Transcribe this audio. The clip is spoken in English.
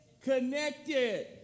connected